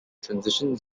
transition